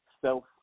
self